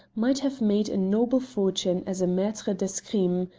might have made a noble fortune as a maitre d'escrime.